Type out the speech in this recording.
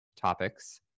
topics